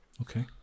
Okay